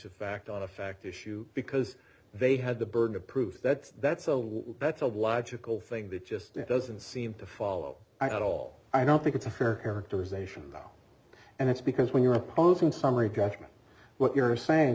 fact on a fact issue because they had the burden of proof that's that's all that's a logical thing that just doesn't seem to follow i got all i don't think it's a fair characterization and it's because when you're opposing summary judgment what you're saying